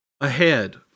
ahead